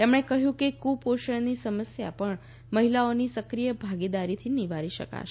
તેમણે કહ્યું કે કુપોષણની સમસ્યા પણ મહિલાઓની સક્રિય ભાગીદારીથી નિવારી શકાશે